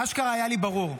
אשכרה היה לי ברור,